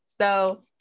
So-